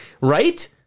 Right